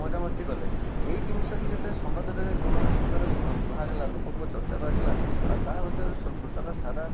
ମଜା ମସ୍ତି କଲେ ଏହି ଜିନିଷଟି ଯେତେବେଳେ ସମ୍ବାଦରେ କୌଣସି ପ୍ରକାରରେ ବାହାରିଲା ଲୋକଙ୍କ ଚର୍ଚ୍ଚାକୁ ଆସିଲା ଆଉ ତାହା କଥାରେ ଟୁଟାଲ ସାରା